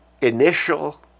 initial